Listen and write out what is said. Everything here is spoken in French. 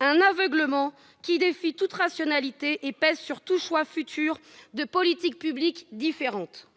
d'un aveuglement qui défient toute rationalité et pèsent sur tout choix futur de politiques publiques différentes.